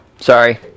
Sorry